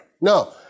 No